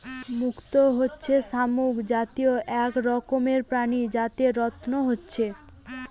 মুক্ত হচ্ছে শামুক জাতীয় এক রকমের প্রাণী যাতে রত্ন হচ্ছে